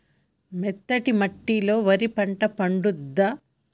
మెత్తటి మట్టిలో వరి పంట పండుద్దా?